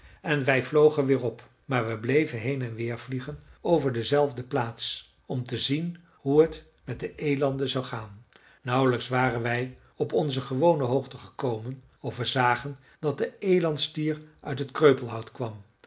en wij vlogen weer op maar we bleven heen en weer vliegen over de zelfde plaats om te zien hoe het met de elanden zou gaan nauwlijks waren wij op onze gewone hoogte gekomen of we zagen dat de elandstier uit het kreupelhout kwam